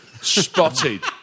Spotted